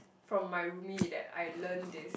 from my roomie that I learnt this